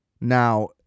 Now